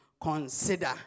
consider